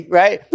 right